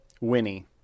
Winnie